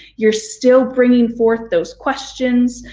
you're still bringing forth those questions,